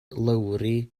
lowri